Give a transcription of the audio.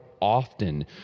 often